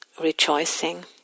rejoicing